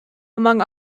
among